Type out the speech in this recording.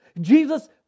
Jesus